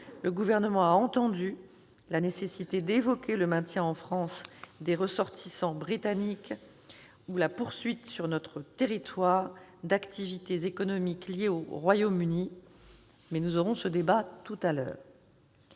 ouvert, il a entendu la nécessité d'évoquer le maintien en France des ressortissants britanniques ou la poursuite sur notre territoire d'activités économiques liées au Royaume-Uni. Nous aurons ce débat tout à l'heure.